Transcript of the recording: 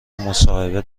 مصاحبه